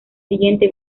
siguiente